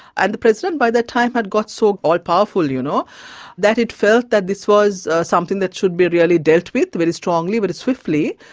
and the president by that time had got so all-powerful you know that it felt that this was something that should be really dealt with very strongly, very but swiftly.